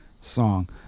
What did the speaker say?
song